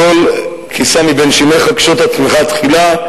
טול קיסם מבין שיניך וקשוט עצמך תחילה,